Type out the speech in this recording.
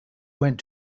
went